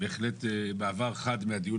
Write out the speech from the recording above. בהחלט במעבר חד מהדיון